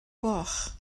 gloch